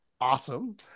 awesome